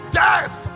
death